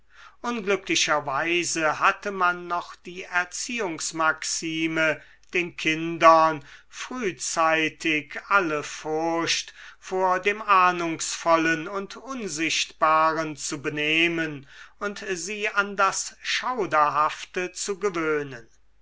unglücklicherweise hatte man noch die erziehungsmaxime den kindern frühzeitig alle furcht vor dem ahnungsvollen und unsichtbaren zu benehmen und sie an das schauderhafte zu gewöhnen